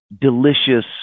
delicious